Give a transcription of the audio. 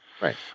Right